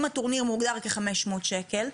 אם הטורניר מוגדר ב-500 שקל,